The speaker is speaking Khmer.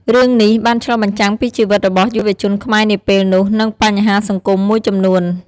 រឿងនេះបានឆ្លុះបញ្ចាំងពីជីវិតរបស់យុវជនខ្មែរនាពេលនោះ និងបញ្ហាសង្គមមួយចំនួន។